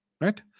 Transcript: Right